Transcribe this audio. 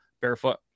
barefoot